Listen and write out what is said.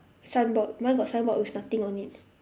signboard mine got signboard with nothing on it